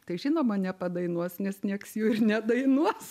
tai žinoma nepadainuos nes nieks jų ir nedainuos